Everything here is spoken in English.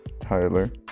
tyler